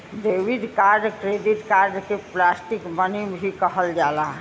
debit card credit card के plastic money भी कहल जाला